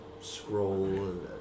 scroll